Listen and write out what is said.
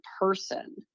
person